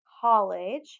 college